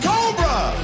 Cobra